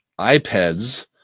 iPads